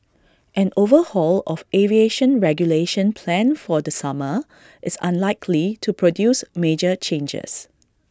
an overhaul of aviation regulation planned for the summer is unlikely to produce major changes